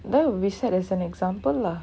then wasted is an example lah